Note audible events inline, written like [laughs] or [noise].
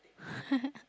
[laughs]